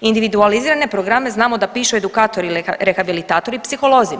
Individualizirane programe znamo da pišu edukatori, rehabilitatori i psiholozi.